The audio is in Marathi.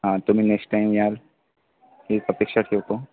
हा तुम्ही नेक्स्ट टाईम याल हीच अपेक्षा ठेवतो